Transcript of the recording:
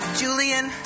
julian